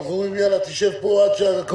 אנחנו אומרים לו: תשב פה עד שהקורונה תעבור.